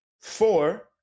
four